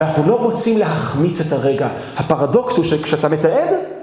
אנחנו לא רוצים להחמיץ את הרגע. הפרדוקס הוא שכשאתה מתעד...